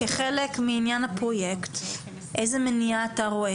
כחלק מעניין הפרויקט איזו מניעה אתה רואה,